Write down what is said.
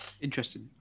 interesting